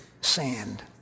sand